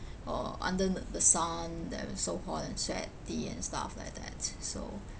or under the the sun then is so hot and sweaty and stuff like that so